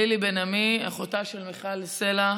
לילי בן עמי, אחותה של מיכל סלע,